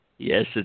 Yes